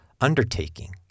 undertaking